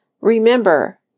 Remember